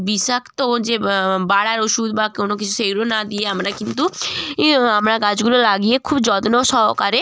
বিষাক্ত যে বাড়ার ওষুদ বা কোনো কিছু সেইগুলো না দিয়ে আমরা কিন্তু এই আমরা গাছগুলো লাগিয়ে খুব যত্ন সহকারে